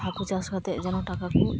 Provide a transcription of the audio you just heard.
ᱦᱟᱹᱠᱩ ᱪᱟᱥ ᱠᱟᱛᱮ ᱡᱮᱱᱚ ᱴᱟᱠᱟ ᱠᱚ